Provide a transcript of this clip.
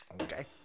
Okay